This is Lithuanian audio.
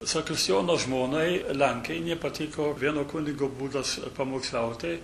sakius jono žmonai lenkei nepatiko vieno kunigo būdas pamokslautojai